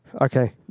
Okay